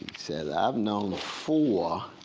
says, i've known four